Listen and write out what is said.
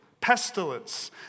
Pestilence